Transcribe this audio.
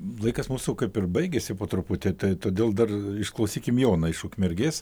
laikas mūsų kaip ir baigiasi po truputį tai todėl dar išklausykim joną iš ukmergės